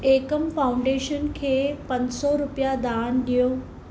एकम foundation खे पंज सौ रुपिया दान ॾियो